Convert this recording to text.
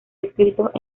escritos